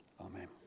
Amen